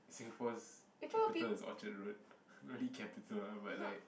Singapore's capital is Orchard road not really capital lah but like